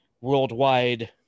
worldwide